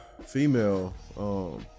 female